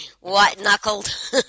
White-knuckled